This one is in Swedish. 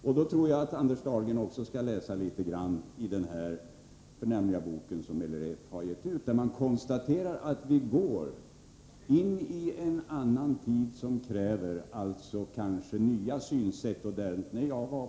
Anders Dahlgren skulle nog också läsa litet grand i den förnämliga bok som LRF har gett ut och där man konstaterar att vi går in i en annan tid som kanske kräver nya synsätt.